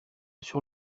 sur